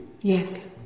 Yes